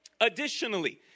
additionally